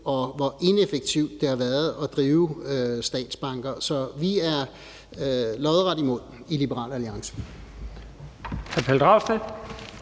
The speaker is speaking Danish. og hvor ineffektivt det har været at drive statsbanker. Så vi er lodret imod i Liberal Alliance.